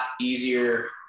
easier